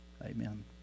Amen